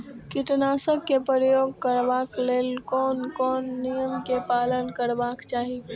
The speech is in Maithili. कीटनाशक क प्रयोग करबाक लेल कोन कोन नियम के पालन करबाक चाही?